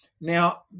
Now